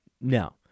No